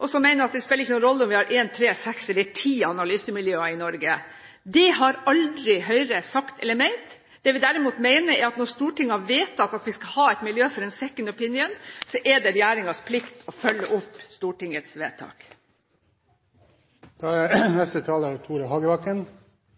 og som mener at det ikke spiller noen rolle om vi har én, tre, seks eller ti analysemiljøer i Norge. Dette har aldri Høyre sagt eller ment. Det vi derimot mener, er at når Stortinget har vedtatt at vi skal ha et miljø for en «second opinion», er det regjeringens plikt å følge opp Stortingets vedtak. Justis- og beredskapsdepartementets budsjett for 2013 er